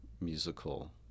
musical